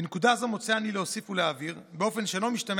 בנקודה זו מוצא אני להוסיף ולהבהיר באופן שאינו משתמע